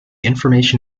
information